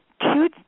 two